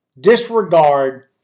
disregard